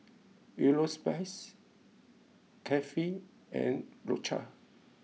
Europace Carefree and Loacker